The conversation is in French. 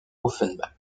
offenbach